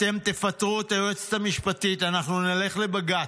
אתם תפטרו את היועצת המשפטית, אנחנו נלך לבג"ץ.